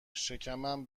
شکمم